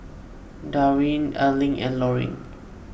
Darwyn Erling and Loring